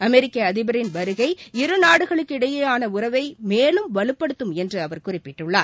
அமெரிக்க அதிபரின் வருகை இருநாடுகளுக்கிடையேயான உறவை மேலும் வலுப்படுத்தும் என்று அவர் குறிப்பிட்டுள்ளார்